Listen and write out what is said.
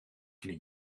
knie